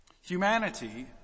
Humanity